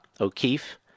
O'Keefe